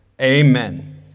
Amen